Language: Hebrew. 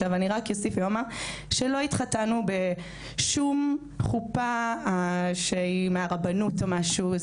אני רק אוסיף ואומר שלא התחתנו בשום חופה שהיא מהרבנות או משהו,